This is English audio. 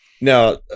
Now